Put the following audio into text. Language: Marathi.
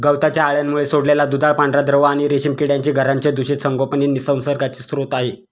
गवताच्या अळ्यांमुळे सोडलेला दुधाळ पांढरा द्रव आणि रेशीम किड्यांची घरांचे दूषित संगोपन हे संसर्गाचे स्रोत आहे